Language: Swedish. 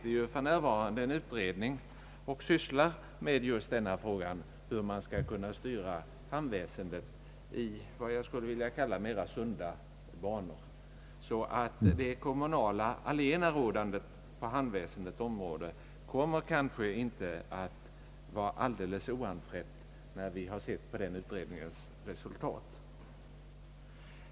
En utredning sysslar för närvarande med frågan om hur man skall kunna styra hamnväsendet in i vad jag skulle vilja kalla mera sunda banor. Så det kommurnala allenarådandet på hamnväsendets område kommer kanske inte att vara alldeles oanfrätt när den utredningen lagt fram sitt resultat.